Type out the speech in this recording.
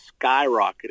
skyrocketed